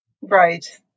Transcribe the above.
Right